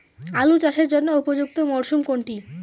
আলু চাষের জন্য উপযুক্ত মরশুম কোনটি?